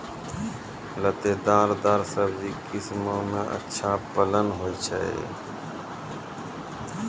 लतेदार दार सब्जी किस माह मे अच्छा फलन होय छै?